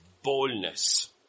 Boldness